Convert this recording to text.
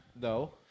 No